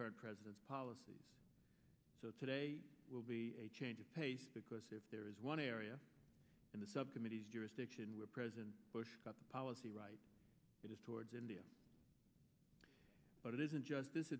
current president's policy so today will be a change of pace because if there is one area in the subcommittees jurisdiction where president bush got the policy right it is towards india but it isn't just this